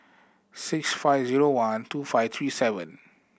six five zero one two five three seven